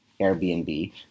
Airbnb